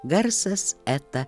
garsas eta